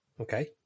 Okay